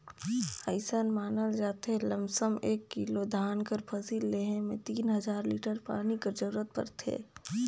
अइसन मानल जाथे लमसम एक किलो धान कर फसिल लेहे में तीन हजार लीटर पानी कर जरूरत परथे